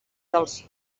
dels